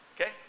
Okay